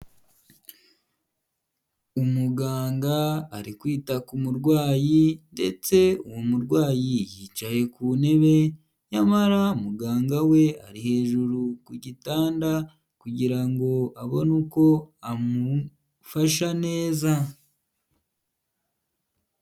Umuganga ari kwita ku murwayi, ndetse uwo murwayi yicaye ku ntebe nyamara muganga we ari hejuru ku gitanda, kugira ngo abone uko amufasha neza.